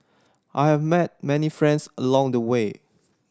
I have met many friends along the way